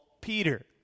Peter